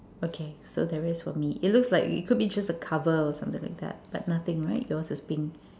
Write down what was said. okay so there is for me it looks like it could be just a cover or something like that but nothing right it was just pink